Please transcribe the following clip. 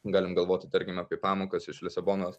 galim galvoti tarkim apie pamokas iš lisabonos